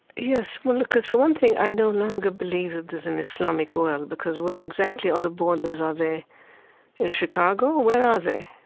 yes. well, look, for one thing, i no longer believe that there's an islamic world, because where exactly are the borders? are they in chicago? where are they?